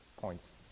points